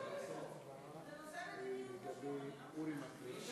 חבר'ה, אתם רוצים מליאה?